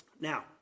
Now